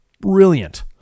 Brilliant